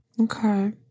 Okay